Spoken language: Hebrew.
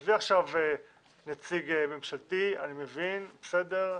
עזבי נציג ממשלתי, אני מבין, בסדר.